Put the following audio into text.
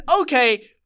Okay